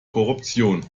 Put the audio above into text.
korruption